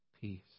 Peace